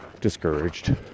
discouraged